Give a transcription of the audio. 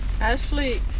Ashley